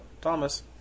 Thomas